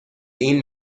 این